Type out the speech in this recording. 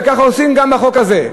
וככה עושים גם עם החוק הזה.